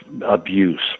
abuse